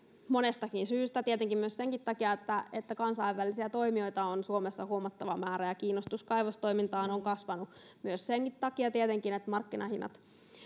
monestakin syystä tietenkin senkin takia että kansainvälisiä toimijoita on suomessa huomattava määrä ja kiinnostus kaivostoimintaan on kasvanut myös sen takia tietenkin että markkinahinnat